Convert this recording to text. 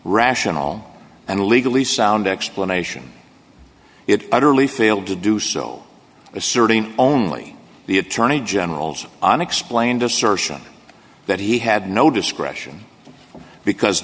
rational and legally sound explanation it utterly failed to do so asserting only the attorney general's unexplained assertion that he had no discretion because